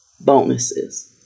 bonuses